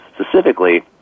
specifically